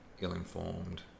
ill-informed